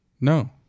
No